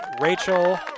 Rachel